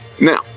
now